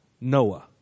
Noah